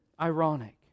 ironic